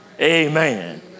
Amen